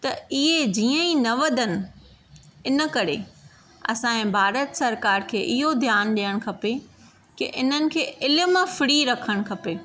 त इएं जीअं ई न वधनि इन करे असांजे भारत सरकार खे इहो ध्यानु ॾियणु खपे के हिननि खे इल्मु फ्री रखणु खपे